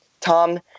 Tom